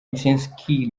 mckinstry